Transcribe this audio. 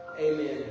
Amen